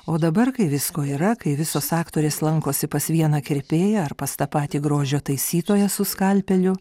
o dabar kai visko yra kai visos aktorės lankosi pas vieną kirpėją ar pas tą patį grožio taisytoją su skalpeliu